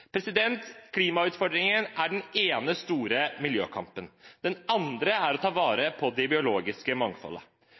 Klimautfordringen er den ene store miljøkampen. Den andre er å ta vare på det biologiske mangfoldet.